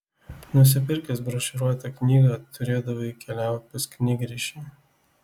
nusipirkęs brošiūruotą knygą turėdavai keliaut pas knygrišį